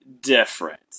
different